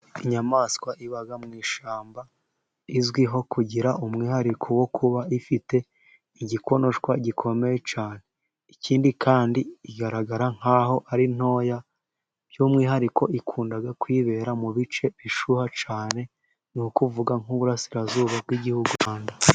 Inyamaswa iba mu ishyamba izwiho kugira umwihariko wo kuba ifite igikonoshwa gikomeye cyane ikindi kandi igaragara nk'aho ari ntoya by'umwihariko ikunda kwibera mu bice bishuha cyane ni ukuvuga nk'uburasirazuba bw'igihugu cy'u Rwanda.